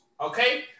Okay